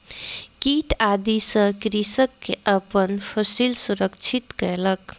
कीट आदि सॅ कृषक अपन फसिल सुरक्षित कयलक